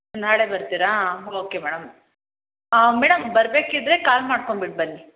ನಾಳೆ ಬರ್ತೀರಾ okay madam madam ಬರ್ಬೇಕಿದ್ದರೆ ಕಾಲ್ ಮಾಡ್ಕೊಂಡ್ಬಿಟ್ಟು ಬನ್ನಿ